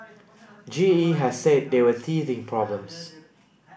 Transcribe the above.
G E has said they were teething problems